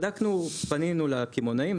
פנינו לקמעונאים,